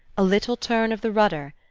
a little turn of the rudder,